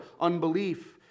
unbelief